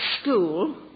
school